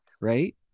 Right